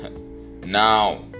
Now